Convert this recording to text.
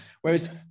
Whereas